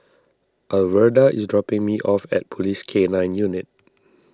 Alverda is dropping me off at Police K nine Unit